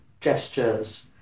gestures